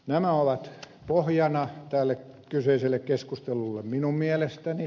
nämä ovat pohjana tälle kyseiselle keskustelulle minun mielestäni